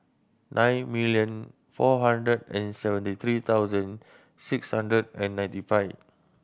nine million four hundred and seventy three thousand six hundred and ninety five